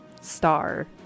star